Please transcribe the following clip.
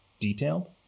detailed